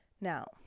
Now